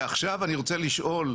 ועכשיו אני רוצה לשאול,